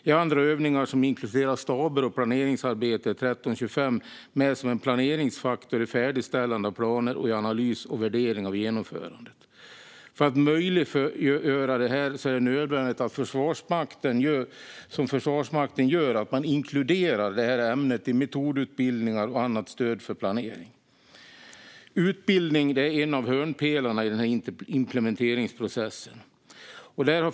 I andra övningar som inkluderar staber och planeringsarbete är 1325 med som en planeringsfaktor i färdigställande av planer och i analys och värdering av genomförandet. För att möjliggöra det här är det nödvändigt att Försvarsmakten gör som Försvarsmakten gör: att man inkluderar det här ämnet i metodutbildningar och annat stöd för planering. Utbildning är en av hörnpelarna i denna implementeringsprocess.